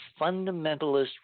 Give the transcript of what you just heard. fundamentalist